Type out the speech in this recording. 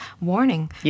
warning